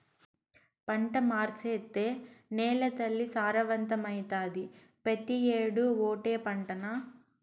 పంట మార్సేత్తే నేలతల్లి సారవంతమైతాది, పెతీ ఏడూ ఓటే పంటనా